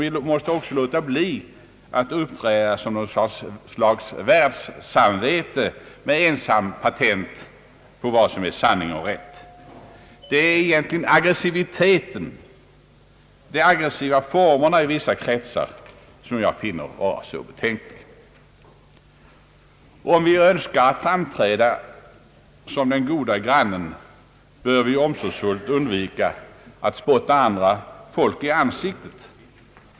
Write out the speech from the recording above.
Vi måste också låta bli att uppträda som något slags världssamvete med patentlösningar på vad som är sanning och rätt. Det är de aggressiva formerna i vissa kretsar, som jag finner särskilt betänkliga och och reagerar emot. Om vi önskar framträda som den gode grannen bör vi omsorgsfullt undvika att »spotta andra folk i ansiktet».